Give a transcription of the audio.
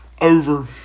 over